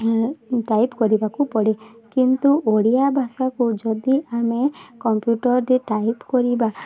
type କରିବାକୁ ପଡ଼େ କିନ୍ତୁ ଓଡ଼ିଆ ଭାଷାକୁ ଯଦି ଆମେ କମ୍ପ୍ୟୁଟରରେ ଟାଇପ୍ କରିବା